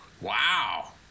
Wow